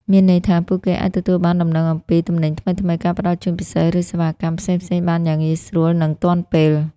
មានន័យថា ពួកគេអាចទទួលបានដំណឹងអំពី ទំនិញថ្មីៗ ការផ្តល់ជូនពិសេស ឬ សេវាកម្ម ផ្សេងៗបានយ៉ាងងាយស្រួល និងទាន់ពេល។